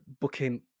booking